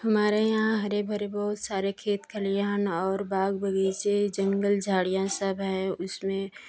हमारे यहाँ हरे भरे बहुत सारे खेत खलिहान और बाग बगीचे जंगल झाड़ियाँ सब हैं उसमें